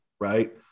right